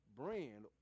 brand